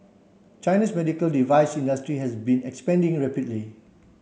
China's medical device industry has been expanding rapidly